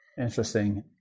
Interesting